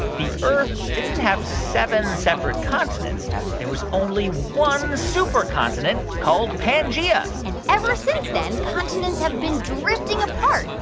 the earth didn't have seven separate continents there was only one supercontinent called pangea and ever since then, continents have been drifting apart,